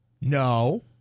No